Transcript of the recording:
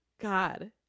god